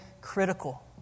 critical